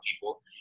people